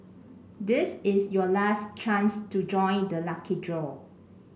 this is your last chance to join the lucky draw